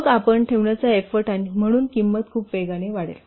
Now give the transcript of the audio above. मग आपण ठेवण्याचा एफ्फोर्ट आणि म्हणून किंमत खूप वेगाने वाढेल